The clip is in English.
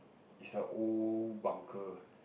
is a old bunker